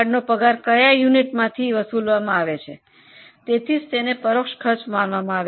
નો પગાર કયા યુનિટમાં ઉમેરવામાં આવે છે તેથી તેને પરોક્ષ ખર્ચ માનવામાં આવે છે